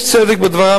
יש צדק בדברים,